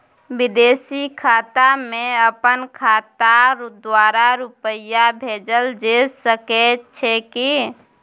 विदेशी खाता में अपन खाता द्वारा रुपिया भेजल जे सके छै की?